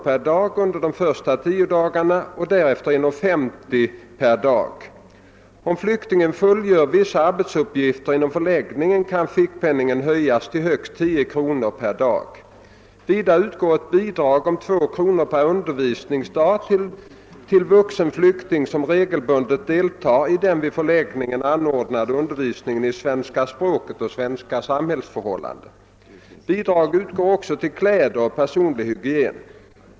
per dag under de första tio dagarna samt därefter 1:50 kr. per dag. Om flyktingen fullgör vissa arbetsuppgifter inom förläggningen kan fickpenningen höjas till högst 10 kr. per dag. Vidare utgår ett bidrag om 2 kr. per undervisningsdag till vuxen flykting som regelbundet deltar i den vid förläggningen anordnade undervisningen i svenska språket och om svenska samhällsförhållanden. Bidrag utgår också till kläder och personlig hygien.